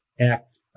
Act